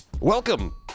Welcome